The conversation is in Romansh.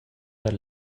per